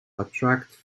attract